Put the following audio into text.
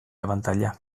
abantaila